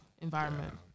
environment